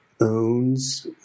owns